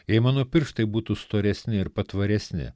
jei mano pirštai būtų storesni ir patvaresni